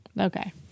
okay